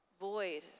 Void